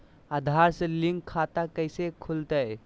आधार से लिंक खाता कैसे खुलते?